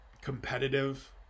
competitive